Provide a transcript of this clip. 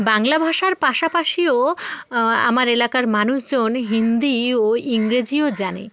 বাংলা ভাষার পাশাপাশিও আমার এলাকার মানুষজন হিন্দি ও ইংরেজিও জানে